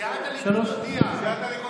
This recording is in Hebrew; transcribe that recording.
סיעת הליכוד הודיעה.